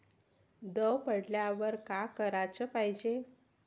दव पडल्यावर का कराच पायजे?